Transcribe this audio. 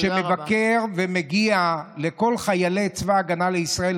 שמבקר ומגיע לכל חיילי צבא ההגנה לישראל,